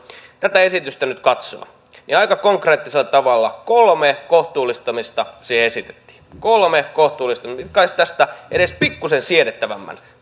tätä esitystä nyt katsoo niin aika konkreettisella tavalla kolme kohtuullistamista siihen esitettiin kolme kohtuullistamista jotka olisivat tästä edes pikkuisen siedettävämmän